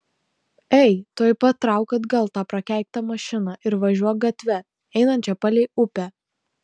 ei tuoj pat trauk atgal tą prakeiktą mašiną ir važiuok gatve einančia palei upę